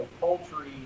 poultry